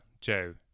Joe